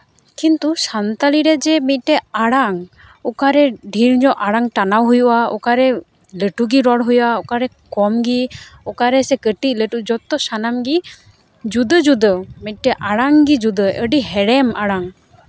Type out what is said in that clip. ᱠᱤᱱᱛᱩ ᱥᱟᱱᱛᱟᱲᱤ ᱨᱮᱡᱮ ᱢᱤᱫᱴᱮᱡ ᱟᱲᱟᱝ ᱚᱠᱟᱨᱮ ᱰᱷᱮᱨ ᱧᱚᱜ ᱟᱲᱟᱝ ᱴᱟᱱᱟᱣ ᱦᱩᱭᱩᱜᱼᱟ ᱚᱠᱟᱨᱮ ᱞᱟᱹᱴᱩᱜᱮ ᱨᱚ ᱦᱩᱭᱩᱜᱼᱟ ᱚᱠᱟᱨᱮ ᱠᱚᱢᱜᱮ ᱚᱠᱟ ᱨᱮᱮ ᱠᱟᱹᱴᱤᱡ ᱞᱟᱹᱴᱩ ᱡᱚᱛᱚ ᱥᱟᱱᱟᱢᱜᱮ ᱡᱩᱫᱟᱹ ᱡᱩᱫᱟᱹ ᱢᱤᱫᱴᱮᱡ ᱟᱲᱟᱝ ᱜᱮ ᱡᱩᱫᱟᱹ ᱟᱹᱰᱤ ᱦᱮᱲᱮᱢ ᱟᱲᱟᱝ